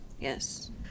Yes